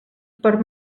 per